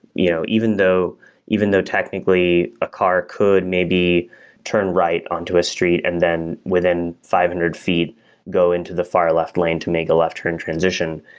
you know even though even though technically a car could maybe turn right onto a street and then within five hundred feet go into the far left lane to make a left turn transition.